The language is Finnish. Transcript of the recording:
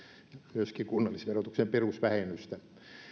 myöskin kunnallisverotuksen perusvähennystä